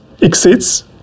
exceeds